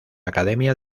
academia